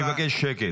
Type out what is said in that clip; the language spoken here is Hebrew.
אני מבקש שקט.